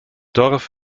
dorf